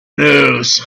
news